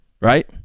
right